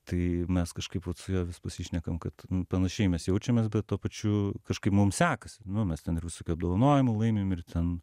tai mes kažkaip vat su juo vis pasišnekam kad panašiai mes jaučiamės bet tuo pačiu kažkaip mum sekasi nu mes ten ir visokių apdovanojimų laimim ir ten